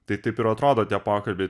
tai taip ir atrodo tie pokalbiai